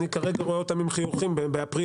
אני כרגע רואה אותם עם חיוכים באפריל,